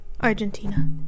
Argentina